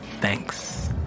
Thanks